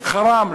חראם.